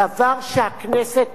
דבר שהכנסת